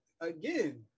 again